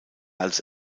als